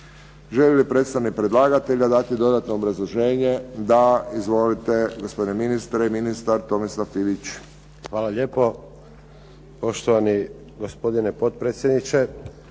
Želi li predstavnik predlagatelja dati dodatno obrazloženje? Da. Izvolite, gospodine ministre. Ministar Tomislav Ivić. **Ivić, Tomislav (HDZ)** Hvala lijepo. Poštovani gospodine potpredsjedniče,